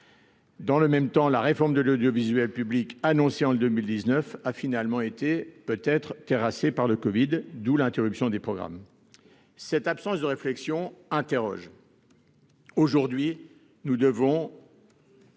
Dans le même temps, la réforme de l'audiovisuel public, annoncée en 2019, a finalement été terrassée par le covid-19, d'où l'interruption des programmes ! Une telle absence de réflexion interroge. Nous devons